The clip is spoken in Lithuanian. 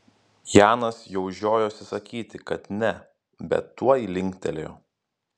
janas jau žiojosi sakyti kad ne bet tuoj linktelėjo